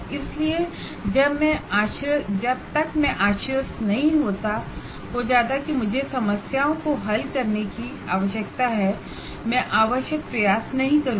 इसलिए जब तक मैं आश्वस्त नहीं हो जाता कि मुझे समस्याओं को हल करने की आवश्यकता है मैं आवश्यक प्रयास नहीं करूंगा